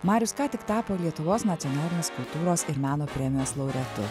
marius ką tik tapo lietuvos nacionalinės kultūros ir meno premijos laureatu